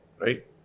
right